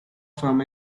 from